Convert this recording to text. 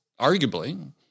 arguably